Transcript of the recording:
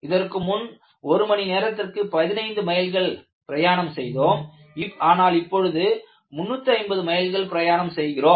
இதற்கு முன் ஒரு மணி நேரத்திற்கு 15 மைல்கள் பிரயாணம் செய்தோம் ஆனால் இப்பொழுது 350 மைல்கள் பிரயாணம் செய்கிறோம்